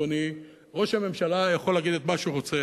אדוני: ראש הממשלה יכול להגיד את מה שהוא רוצה.